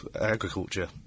agriculture